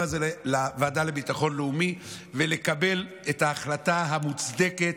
הזה לוועדה לביטחון לאומי ולקבל את ההחלטה המוצדקת,